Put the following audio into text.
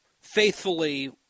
faithfully